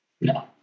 No